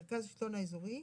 מרכז השלטון האזורי,